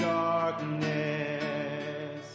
darkness